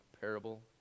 parable